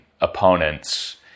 opponents